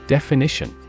Definition